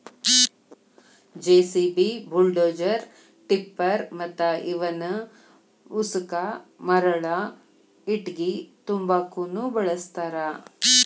JCB, bulldozer, tipper ಮತ್ತ ಇವನ್ ಉಸಕ ಮರಳ ಇಟ್ಟಂಗಿ ತುಂಬಾಕುನು ಬಳಸ್ತಾರ